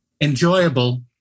enjoyable